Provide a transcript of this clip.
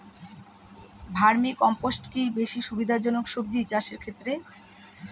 Vermi কম্পোষ্ট কি বেশী সুবিধা জনক সবজি চাষের ক্ষেত্রে?